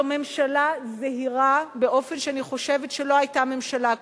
זו ממשלה זהירה באופן שאני חושבת שלא היתה ממשלה כזאת.